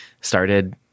started